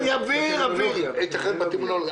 שאני הופעתי שם,